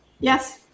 yes